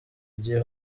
igihe